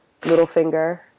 Littlefinger